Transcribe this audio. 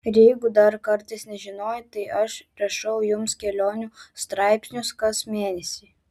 ir jeigu dar kartais nežinojai tai aš rašau jums kelionių straipsnius kas mėnesį